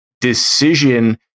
decision